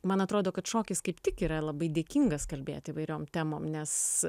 man atrodo kad šokis kaip tik yra labai dėkingas kalbėt įvairiom temom nes